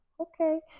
okay